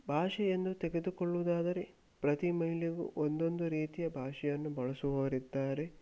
ಭಾಷೆಯನ್ನು ತಗೆದುಕೊಳ್ಳುವುದಾದರೆ ಪ್ರತಿ ಮೈಲಿಗೂ ಒಂದೊಂದು ರೀತಿಯ ಭಾಷೆಯನ್ನು ಬಳಸುವವರಿದ್ದಾರೆ